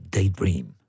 Daydream